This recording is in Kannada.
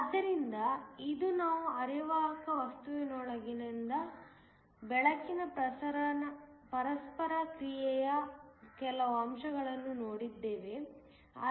ಆದ್ದರಿಂದ ಇಂದು ನಾವು ಅರೆವಾಹಕ ವಸ್ತುಗಳೊಂದಿಗೆ ಬೆಳಕಿನ ಪರಸ್ಪರ ಕ್ರಿಯೆಯ ಕೆಲವು ಅಂಶಗಳನ್ನು ನೋಡಿದ್ದೇವೆ